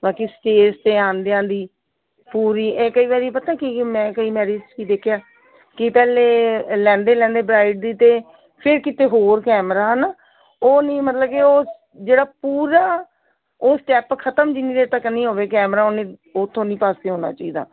ਬਾਕੀ ਸਟੇਜ਼ 'ਤੇ ਆਉਂਦਿਆਂ ਦੀ ਪੂਰੀ ਇਹ ਕਈ ਵਾਰੀ ਪਤਾ ਕੀ ਹੈ ਮੈਂ ਕਈ ਮੈਰਿਜ਼ ਵੀ ਦੇਖਿਆ ਕਿ ਪਹਿਲਾਂ ਲੈਂਦੇ ਲੈਂਦੇ ਬਰਾਈਟ ਦੀ ਅਤੇ ਫਿਰ ਕਿਤੇ ਹੋਰ ਕੈਮਰਾ ਹੈ ਨਾ ਉਹ ਨਹੀਂ ਮਤਲਬ ਕਿ ਉਹ ਜਿਹੜਾ ਪੂਰਾ ਉਹ ਸਟੈੱਪ ਖ਼ਤਮ ਜਿੰਨੀ ਦੇਰ ਤੱਕ ਨਹੀਂ ਹੋਵੇ ਕਮੈਰਾ ਉਨੀ ਉੱਥੋਂ ਨਹੀਂ ਪਾਸੇ ਹੋਣਾ ਚਾਹੀਦਾ